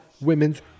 Women's